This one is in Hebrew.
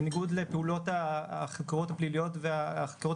בניגוד לפעולות החוקרות הפליליות והחקירות